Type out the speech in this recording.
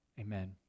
Amen